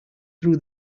threw